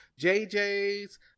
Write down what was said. JJ's